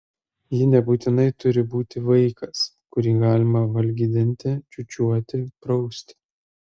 ji nebūtinai turi būti vaikas kurį galima valgydinti čiūčiuoti prausti